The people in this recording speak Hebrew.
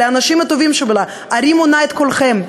לאנשים הטובים שבה: הרימו נא את קולכם,